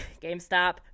GameStop